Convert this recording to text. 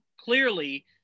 clearly